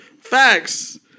Facts